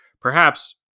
Perhaps